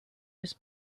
his